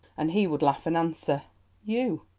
and he would laugh and answer you,